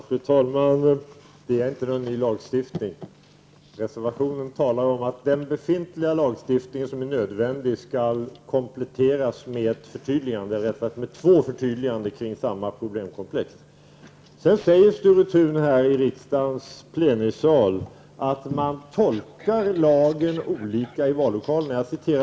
Fru talman! Det handlar inte om någon ny lagstiftning. I reservationen talas det om att den befintliga lagstiftning som är nödvändig skall kompletteras med ett förtydligande, eller rättare sagt två förtydliganden, kring samma problemkomplex. Sedan säger Sture Thun här i riksdagens plenisal att man tolkar lagen olika i vallokalerna.